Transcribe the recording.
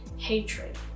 hatred